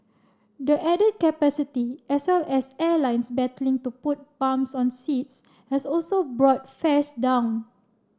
the added capacity as well as airlines battling to put bums on seats has also brought fares down